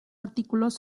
artículos